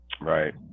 right